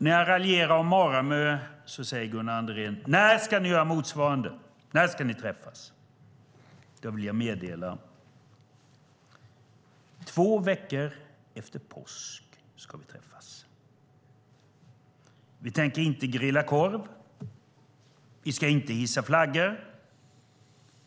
När jag raljerar om Maramö säger Gunnar Andrén: När ska ni göra motsvarande? När ska ni träffas? Då vill jag meddela: Två veckor efter påsk ska vi träffas. Vi tänker inte grilla korv. Vi ska inte hissa flaggor.